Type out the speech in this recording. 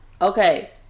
Okay